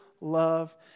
love